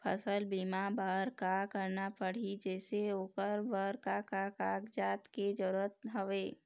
फसल बीमा बार का करना पड़ही जैसे ओकर बर का का कागजात के जरूरत हवे?